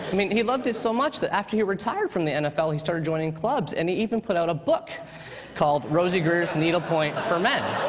mean, he loved it so much that, after he retired from the nfl, he started joining clubs. and he even put out a book called rosey grier's needlepoint for men.